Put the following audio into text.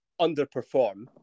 underperform